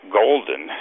golden